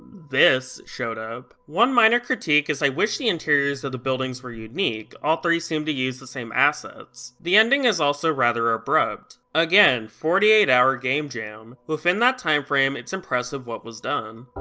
this. showed up. one minor critique is i wish the interiors of the buildings were unique, all three seem to use the same assets. the ending is also rather abrupt. again, forty eight hour game jam! within that timeframe it's impressive what was done.